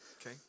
Okay